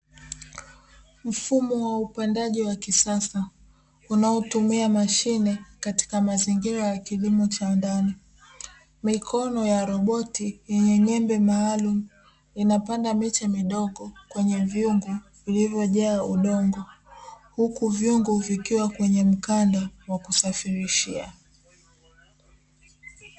Mfumo wa upandaji wa kisasa unaotumia mashine katika mazingira ya kilimo cha ndani; mikono ya roboti yenye nyembe maalumu inapanda miche midogo kwenye vyungu vilivyojaa udongo, huku vyungu vikiwa kwenye mkanda wa kusafirishia.